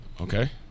Okay